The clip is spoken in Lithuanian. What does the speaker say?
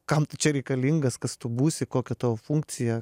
kam tu čia reikalingas kas tu būsi kokia tavo funkcija